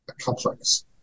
complex